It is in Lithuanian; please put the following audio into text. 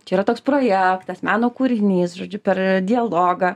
čia yra toks projektas meno kūrinys žodžiu per dialogą